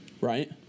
right